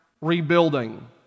rebuilding